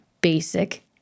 basic